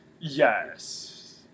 Yes